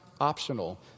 optional